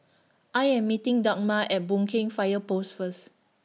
I Am meeting Dagmar At Boon Keng Fire Post First